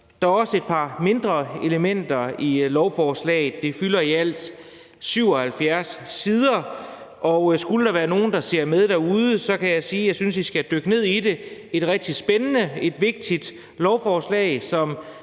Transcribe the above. Der er også et par mindre elementer i lovforslaget. Det fylder i alt 77 sider, og skulle der være nogen, der ser med derude, kan jeg sige, at jeg synes, I skulle dykke ned i det. Det er et rigtig spændende og vigtigt lovforslag, som